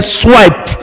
swipe